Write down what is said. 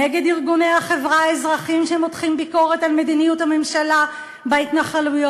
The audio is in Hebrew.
נגד ארגוני החברה האזרחית שמותחים ביקורת על מדיניות הממשלה בהתנחלויות,